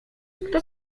kto